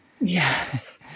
Yes